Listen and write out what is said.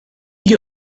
gli